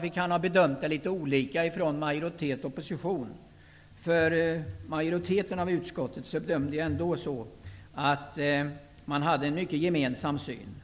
Vi kan ha bedömt litet olika från majoritet och opposition, men majoriteten i utskottet bedömde det ändå så att man hade en gemensam syn.